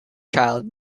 child